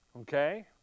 Okay